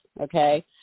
Okay